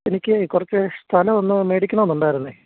എനിക്കേ കുറച്ച് സ്ഥലം ഒന്ന് മേടിക്കണം എന്ന് ഉണ്ടായിരുന്നേ